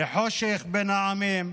לחושך בין העמים,